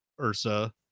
Ursa